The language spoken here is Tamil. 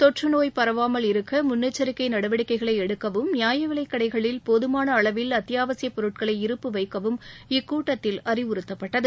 தொற்று நோய் பரவாமல் இருக்க முன்னெச்சரிக்கை நடவடிக்கைகளை எடுக்கவும் நியாய விலைக் கடைகளில் போதுமான அளவில் அத்தியாவசியப் பொருட்களை இருப்பு வைக்கவும் இக்கூட்டத்தில் அறிவுறுத்தப்பட்டது